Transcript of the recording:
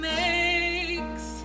makes